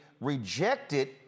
rejected